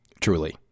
truly